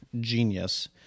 genius